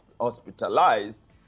hospitalized